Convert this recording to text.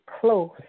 close